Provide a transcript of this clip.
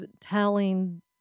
telling